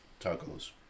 Tacos